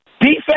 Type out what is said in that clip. Defense